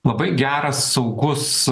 labai geras saugus